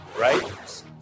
right